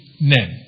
name